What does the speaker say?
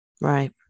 Right